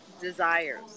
desires